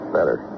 Better